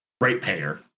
ratepayer